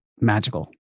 magical